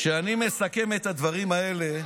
כשאני מסכם את הדברים האלה,